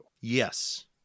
yes